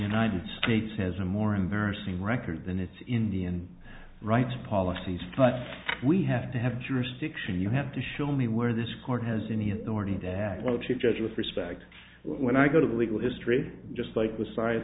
united states has a more embarrassing record than its indian rights policies but we have to have jurisdiction you have to show me where this court has any authority that lochie judge with respect when i go to the legal history just like with s